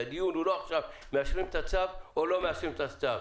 והדיון הוא לא אם מאשרים את הצו או לא מאשרים את הצו,